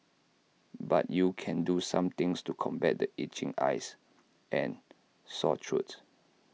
but you can do some things to combat the itching eyes and sore throats